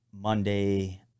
Monday